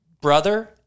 brother